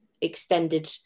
extended